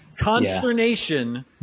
Consternation